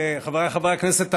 חבריי חברי הכנסת,